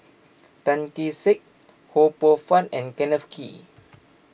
Tan Kee Sek Ho Poh Fun and Kenneth Kee